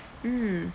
mm